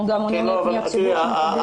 אנחנו גם עונים לפניות ציבור שמקבלים.